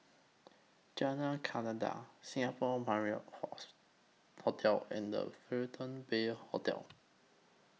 Jalan Kledek Singapore Marriott Hotel and The Fullerton Bay Hotel